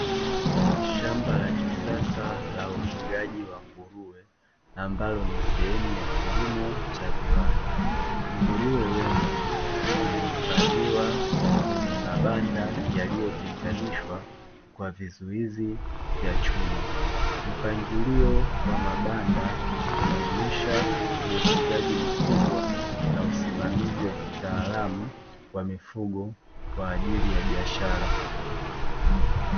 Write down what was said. Shamba la kisasa la ufugaji wa nguruwe, ambalo ni sehemu ya kilimo cha viwanda nguruwe wengi wamehifadhiwa kwenye mabanda yaliyotenganishwa kwa vizuizi vya chuma mpangilio wa mabanda unaonyesha uwekezaji mkubwa na usimamizi wa kitaalamu wa mifugo kwa ajili ya biashara.